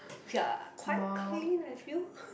okay ah quite clean I feel